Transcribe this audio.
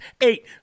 eight